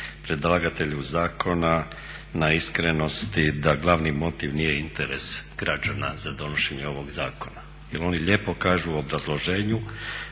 predlagatelju zakona na iskrenosti da glavni motiv nije interes građana za donošenje ovog zakona. Jer oni lijepo kažu u obrazloženju: